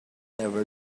never